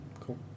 Cool